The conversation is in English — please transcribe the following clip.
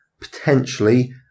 potentially